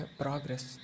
progress